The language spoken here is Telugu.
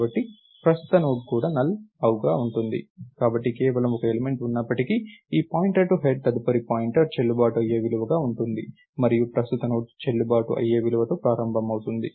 కాబట్టి ప్రస్తుత నోడ్ కూడా నల్ గా ఉంటుంది కానీ కేవలం ఒక ఎలిమెంట్ ఉన్నప్పటికీ ఈ ptr టు హెడ్ తదుపరి పాయింటర్ చెల్లుబాటు అయ్యే విలువగా ఉంటుంది మరియు ప్రస్తుత నోడ్ చెల్లుబాటు అయ్యే విలువతో ప్రారంభమవుతుంది